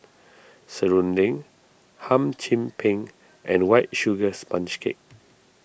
Serunding Hum Chim Peng and White Sugar Sponge Cake